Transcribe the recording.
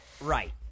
right